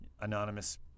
anonymous